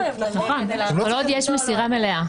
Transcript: כל עוד יש מסירה מלאה.